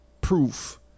proof